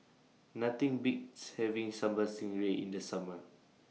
Nothing Beats having Sambal Stingray in The Summer